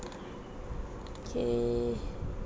okay